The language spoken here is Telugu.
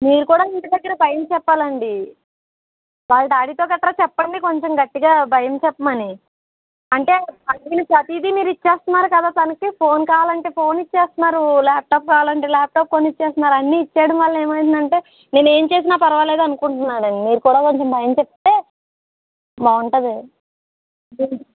మీరు కూడా ఇంటి దగ్గర భయం చెప్పాలి అండి వాళ్ళ డాడీతో గట్రా చెప్పండి కొంచెం గట్టిగా భయం చెప్పమని అంటే ప్రతీది మీరు ఇచ్చేస్తున్నారు కదా తనకి ఫోన్ కావాలంటే ఫోన్ ఇచ్చేస్తున్నారు ల్యాప్టాప్ కావాలంటే ల్యాప్టాప్ కొని ఇచ్చేస్తున్నారు అన్నీ ఇచ్చేయడం వల్ల ఏమైందంటే నేను ఏం చేసినా పరవాలేదు అని అనుకుంటున్నాడు అండి మీరు కూడా కొంచెం భయం చెప్తే బాగుంటుంది